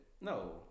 No